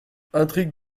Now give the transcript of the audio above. intrigues